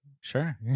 Sure